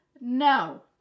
no